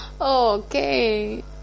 Okay